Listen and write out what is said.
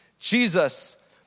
Jesus